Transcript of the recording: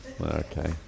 Okay